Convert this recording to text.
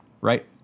right